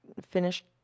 finished